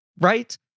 right